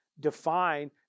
define